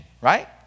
right